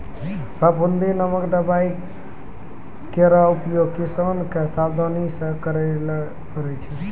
फफूंदी नासक दवाई केरो उपयोग किसान क सावधानी सँ करै ल पड़ै छै